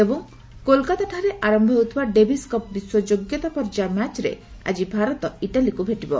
ଏବଂ କୋଲକୋତାଠାରେ ଆରମ୍ଭ ହେଉଥିବା ଡେଭିସ୍ କପ୍ ବିଶ୍ୱ ଯୋଗ୍ୟତା ପର୍ଯ୍ୟାୟ ମ୍ୟାଚରେ ଆଜି ଭାରତ ଇଟାଲିକୁ ଭେଟିବ